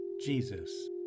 Jesus